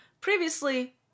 Previously